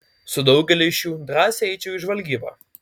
su daugeliu iš jų drąsiai eičiau į žvalgybą